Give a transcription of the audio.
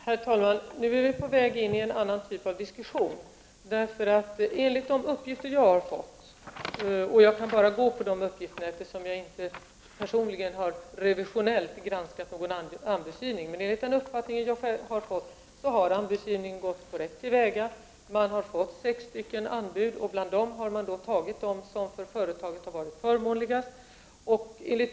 Herr talman! Vi är nu på väg in i en annan typ av diskussion. Enligt de uppgifter jag har fått — jag kan bara gå efter dem, eftersom jag inte personligen revisionellt har granskat anbudsgivningen — har anbudsgivningen gått korrekt till. Man har fått in sex stycken anbud och bland dem har man valt ut dem som har varit förmånligast för företaget.